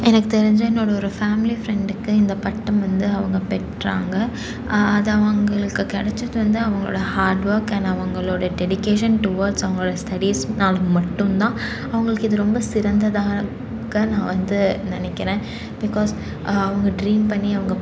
எனக்கு தெரிஞ்சு என்னோட ஒரு ஃபேமிலி ஃபிரண்டுக்கு இந்த பட்டம் வந்து அவங்க பெற்றாங்க அது அவங்களுக்கு கிடைச்சிட்டு இருந்த அவங்களோட ஹார்ட் வொர்க் அண் அவங்களுடைய டெடிகேஷன் டுவேர்ட்ஸ் அவங்களுடைய ஸ்டடிஸ்னாலும் மட்டும்தான் அவங்களுக்கு இது ரொம்ப சிறந்ததாக நான் வந்து நினைக்கிறேன் பிகாஸ் அவங்க ட்ரீம் பண்ணி அவங்க